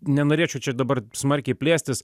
nenorėčiau čia dabar smarkiai plėstis